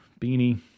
beanie